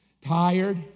Tired